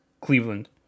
Cleveland